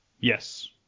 Yes